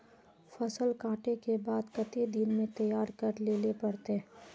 फसल कांटे के बाद कते दिन में तैयारी कर लेले पड़ते?